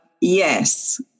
Yes